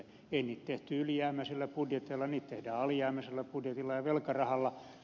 ei niitä tehty ylijäämäisellä budjetilla niitä tehdään alijäämäisellä budjetilla ja velkarahalla